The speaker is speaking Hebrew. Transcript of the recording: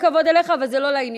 יש לי כבוד אליך, וזה לא לעניין.